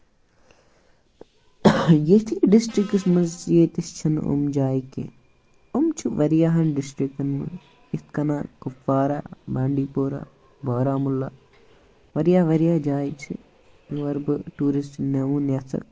ییٚتہِ ڈِسٹرکَس منٛز ییٚتہِ چھِنہٕ یِم جایہِ کیٚنہہ أمۍ چھُ واریاہ ڈِسٹرکَن منٛز یِی کٔنن کۄپوارا بانڈیپورا بارامولہ واریاہ واریاہ جایہِ چھِ یور بہٕ ٹورِسٹ ینِون یَژھان چ